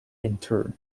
intern